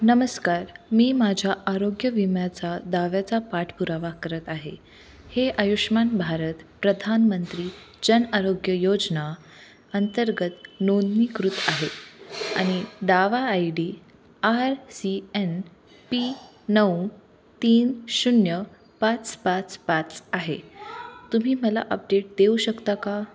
नमस्कार मी माझ्या आरोग्य विम्याचा दाव्याचा पाठपुरावा करत आहे हे आयुष्मान भारत प्रधानमंत्री जन आरोग्य योजना अंतर्गत नोंदणीकृत आहे आणि दावा I D R C N P नऊ तीन शून्य पाच पाच पाच आहे तुम्ही मला अपडेट देऊ शकता का